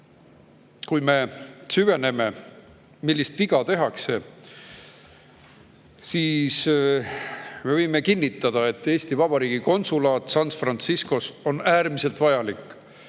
Kui me süveneme sellesse, millist viga tehakse, siis me võime kinnitada, et Eesti Vabariigi konsulaat San Franciscos on äärmiselt vajalik